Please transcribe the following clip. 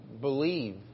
believe